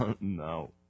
no